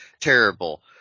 terrible